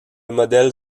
modèle